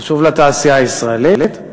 חשוב לתעשייה הישראלית.